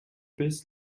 bis